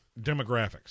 demographics